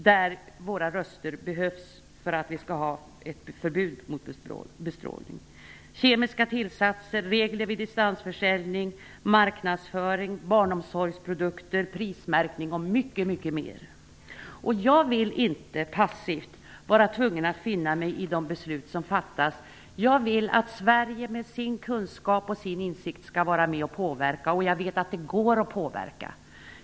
Och för att få ett förbud mot bestrålning behövs våra röster. Även frågor om kemiska tillsatser, regler vid distansförsäljning, marknadsföring, barnomsorgsprodukter, prismärkning och mycket mer diskuteras. Jag vill inte passivt vara tvungen att finna mig i de beslut som fattas. Jag vill att Sverige, med den kunskap och insikt som finns i Sverige, skall vara med och påverka, och jag vet att det går att påverka.